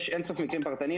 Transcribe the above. יש אין סוף מקרים פרטניים.